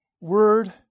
word